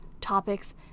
topics